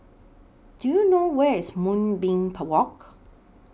Do YOU know Where IS Moonbeam Walk